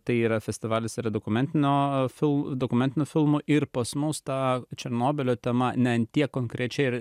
tai yra festivalis yra dokumentinio fil dokumentinių filmų ir pas mus ta černobylio tema ne an tiek konkrečiai ir